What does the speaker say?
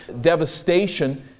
devastation